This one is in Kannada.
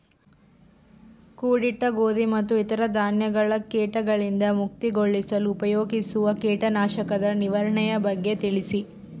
ಕೂಡಿಟ್ಟ ಗೋಧಿ ಮತ್ತು ಇತರ ಧಾನ್ಯಗಳ ಕೇಟಗಳಿಂದ ಮುಕ್ತಿಗೊಳಿಸಲು ಉಪಯೋಗಿಸುವ ಕೇಟನಾಶಕದ ನಿರ್ವಹಣೆಯ ಬಗ್ಗೆ ತಿಳಿಸಿ?